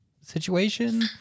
situation